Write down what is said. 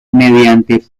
mediante